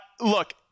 Look